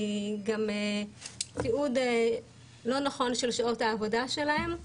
היא תיעוד לא נכון של שעות העבודה שלהם,